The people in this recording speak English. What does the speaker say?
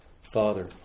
Father